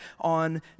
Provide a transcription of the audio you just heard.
on